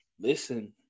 Listen